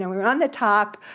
and we were on the top,